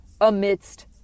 amidst